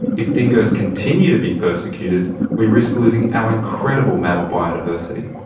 if dingoes continue to be persecuted we risk losing our incredible mammal biodiversity.